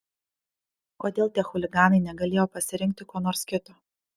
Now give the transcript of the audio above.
kodėl tie chuliganai negalėjo pasirinkti ko nors kito